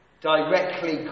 directly